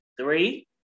Three